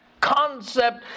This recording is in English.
concept